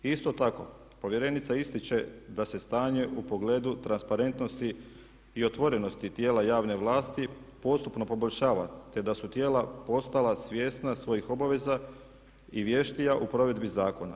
I isto tako povjerenica ističe da se stanje u pogledu transparentnosti i otvorenosti tijela javne vlasti postupno poboljšava te da su tijela postala svjesna svojih obaveza i vještija u provedbi zakona.